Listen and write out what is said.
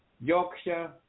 Yorkshire